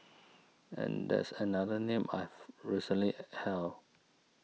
and that's another name I've recently held